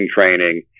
training